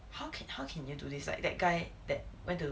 how can how can you do this like that guy that went to